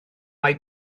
mai